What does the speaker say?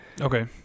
Okay